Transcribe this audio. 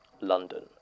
London